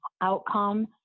outcome